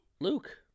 Luke